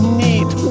neat